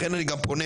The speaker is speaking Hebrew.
לכן אני פה לידידי,